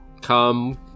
Come